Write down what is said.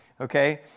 Okay